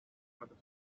other